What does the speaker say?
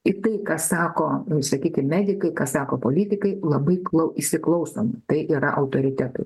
į tai ką sako sakykim medikai ką sako politikai labai klau įsiklausoma tai yra autoritetai